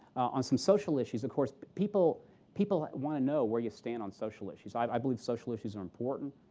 on some social issues, of course, people people want to know where you stand on social issues. i believe social issues are important.